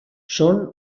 són